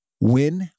win